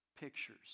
pictures